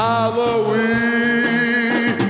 Halloween